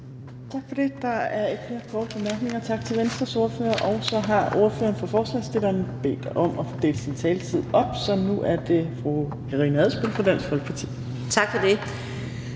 Tak for det. Der er ikke flere korte bemærkninger. Tak til Venstres ordfører. Og så har ordføreren for forslagsstillerne bedt om at få delt sin taletid op, så det nu er fru Karina Adsbøl fra Dansk Folkeparti. Kl.